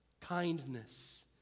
kindness